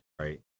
right